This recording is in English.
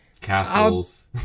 castles